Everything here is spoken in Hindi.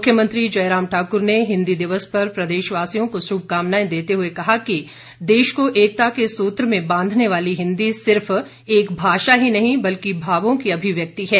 मुख्यमंत्री जयराम ठाकुर ने हिन्दी दिवस पर प्रदेशवासियों को शुभकामनाएं देते हुए कहा कि देश को एकता के सूत्र में बांधने वाली हिन्दी सिर्फ एक भाषा ही नहीं बल्कि भावों की अभिव्यक्ति है